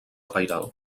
pairal